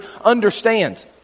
understands